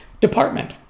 department